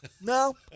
No